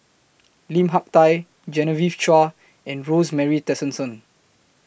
Lim Hak Tai Genevieve Chua and Rosemary Tessensohn